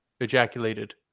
ejaculated